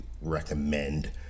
recommend